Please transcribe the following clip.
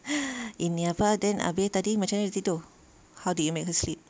ini apa then abeh tadi macam mana dia tidur how did you make her sleep